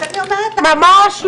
ממש לא.